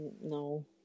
no